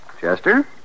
Chester